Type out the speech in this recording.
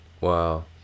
Wow